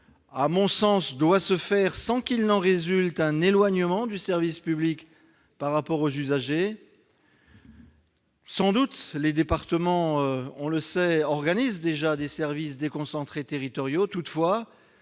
Haut-Rhin doit se faire sans qu'il en résulte un éloignement du service public pour les usagers. Sans doute les départements organisent-ils déjà des services déconcentrés territoriaux. Toutefois,